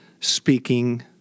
speaking